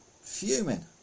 Fuming